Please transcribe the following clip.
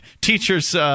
teacher's –